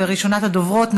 וראשונת הדוברות,